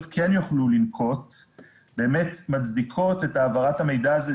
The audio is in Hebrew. כן יוכלו לנקוט מצדיקות את העברת המידע הזה.